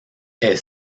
est